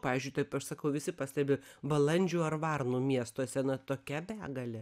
pavyzdžiui taip aš sakau visi pastebi balandžių ar varnų miestuose na tokia begalė